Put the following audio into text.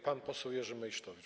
Pan poseł Jerzy Meysztowicz.